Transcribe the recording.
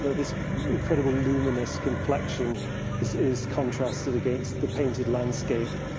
this incredible luminous complexion is is contrasted against the painted landscape.